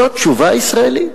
זו תשובה ישראלית.